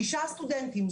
שישה סטודנטים.